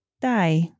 die